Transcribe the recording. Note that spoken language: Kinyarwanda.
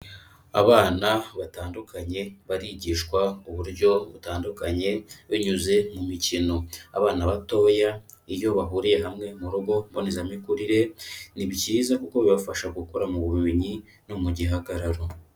Abana batandukanye barigishwa uburyo butandukanye binyuze mu mikino, abana batoya iyo bahuriye hamwe mu rugo mbonezamikurire ni byiza kuko bibafashakura mu bumenyi no mu gihagararo.